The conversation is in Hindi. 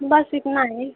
बस इतना ही